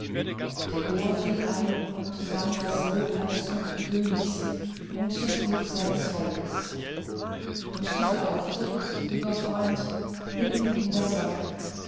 der chor fiel ein und sang das lob eines guten königs und das glück seines volkes und dieser auftritt lieber freund mitten in der sonne